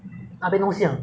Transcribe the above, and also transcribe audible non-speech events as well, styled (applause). (breath) (breath) (noise)